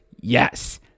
Yes